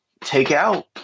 takeout